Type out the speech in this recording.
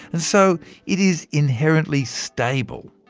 and so it is inherently stable.